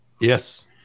Yes